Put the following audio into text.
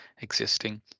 existing